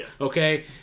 Okay